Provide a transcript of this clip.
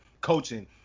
coaching